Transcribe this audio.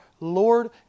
Lord